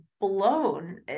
blown